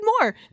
more